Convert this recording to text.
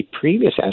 previous